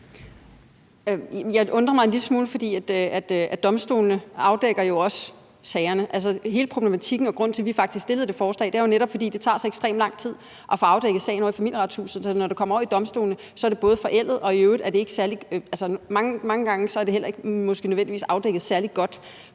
Jeg undrer mig en lille smule, for domstolene afdækker jo også sagerne. Altså, hele problematikken og grunden til, at vi faktisk fremsatte det forslag, er jo netop, at det tager så ekstremt lang tid at få afdækket sagerne ovre i Familieretshuset, så når de kommer over til domstolene, er de både forældede og er mange gange måske heller ikke nødvendigvis afdækket særlig godt.